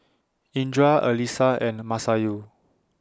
Indra Alyssa and Masayu